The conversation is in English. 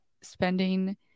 spending